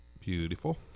Beautiful